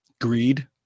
Greed